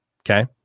okay